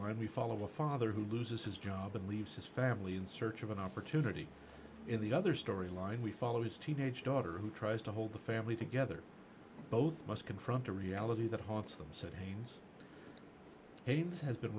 line we follow a father who loses his job and leaves his family in search of an opportunity in the other story line we follow his teenage daughter who tries to hold the family together both must confront a reality that haunts them said hans aids has been